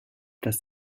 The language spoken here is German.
das